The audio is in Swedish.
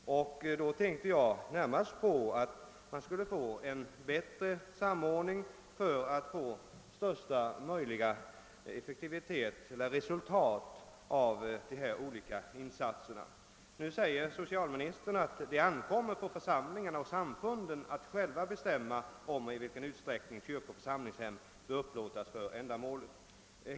Då tänkte jag närmast på en bättre samordning för att få åstadkomma bästa möjliga resultat av de olika insatserna. Nu säger socialministern att det ankommer på församlingarna och samfunden att själva bestämma i vilken utsträckning kyrkor och församlingshem bör upplåtas för ändamålet.